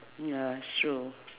ya it's true